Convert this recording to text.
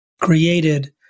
created